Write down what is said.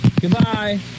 Goodbye